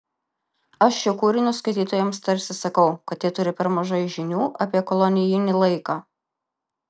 aš šiuo kūriniu skaitytojams tarsi sakau kad jie turi per mažai žinių apie kolonijinį laiką